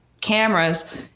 cameras